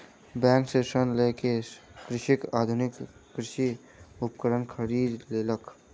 bank सॅ ऋण लय के कृषक आधुनिक कृषि उपकरण खरीद लेलक